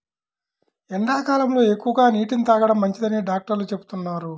ఎండాకాలంలో ఎక్కువగా నీటిని తాగడం మంచిదని డాక్టర్లు చెబుతున్నారు